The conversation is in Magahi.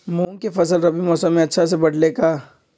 मूंग के फसल रबी मौसम में अच्छा से बढ़ ले का?